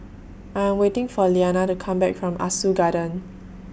I Am waiting For Iyanna to Come Back from Ah Soo Garden